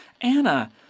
Anna